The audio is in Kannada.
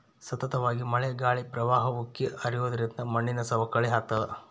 ಸತತವಾಗಿ ಮಳೆ ಗಾಳಿ ಪ್ರವಾಹ ಉಕ್ಕಿ ಹರಿಯೋದ್ರಿಂದ ಮಣ್ಣಿನ ಸವಕಳಿ ಆಗ್ತಾದ